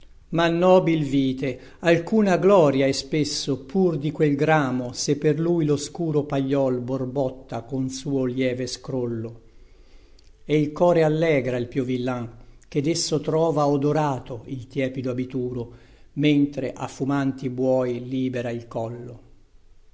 ma nobil vite alcuna gloria è spesso pur di quel gramo se per lui loscuro paiol borbotta con suo lieve scrollo e il core allegra al pio villan che desso trova odorato il tiepido abituro mentre a fumanti buoi libera il collo